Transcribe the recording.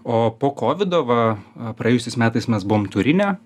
o po kovido va praėjusiais metais mes buvom turine